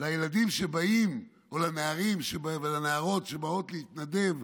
לנערים ולנערות שבאים להתנדב,